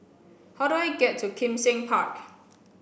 how do I get to Kim Seng Park